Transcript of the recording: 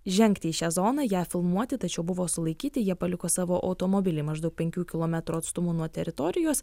žengti į šią zoną ją filmuoti tačiau buvo sulaikyti jie paliko savo automobilį maždaug penkių kilometrų atstumu nuo teritorijos